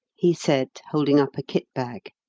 he said, holding up a kit bag.